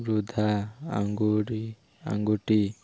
ବୃଦ୍ଧା ଆଙ୍ଗୁଠି